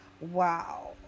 wow